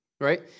Right